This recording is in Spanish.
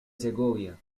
segovia